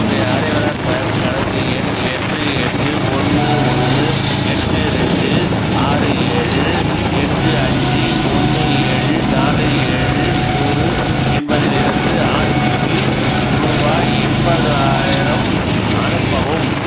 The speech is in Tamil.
என்னுடைய ஆரியவராத் பேங்க் கணக்கு எண் எட்டு எட்டு ஒன்று ஒன்று எட்டு ரெண்டு ஆறு ஏழு எட்டு அஞ்சு ஒன்று ஏழு நாலு ஏழு மூணு என்பதிலிருந்து ஆச்சிக்கு ரூபாய் எண்பதாயிரம் அனுப்பவும்